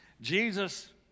Jesus